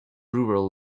rural